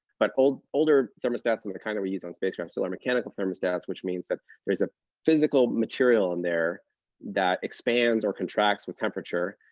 but older older thermostats and the kind of we use on spacecrafts still are mechanical thermostats, which means that there is a physical material in there that expands or contracts with temperature.